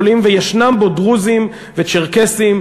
יכולים וישנם דרוזים וצ'רקסים,